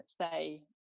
say